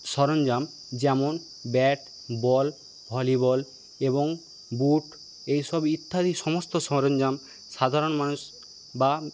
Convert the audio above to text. সরঞ্জাম যেমন bat ball volleyball এবং বুট এইসব ইত্যাদি সমস্ত সরঞ্জাম সাধারণ মানুষ বা